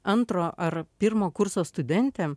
antro ar pirmo kurso studentė